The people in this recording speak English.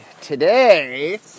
today